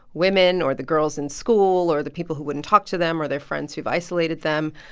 women or the girls in school or the people who wouldn't talk to them or their friends who've isolated them.